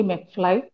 McFly